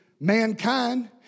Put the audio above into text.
Mankind